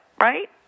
right